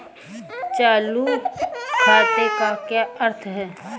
चालू खाते का क्या अर्थ है?